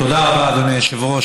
תודה רבה, אדוני היושב-ראש.